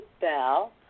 Bell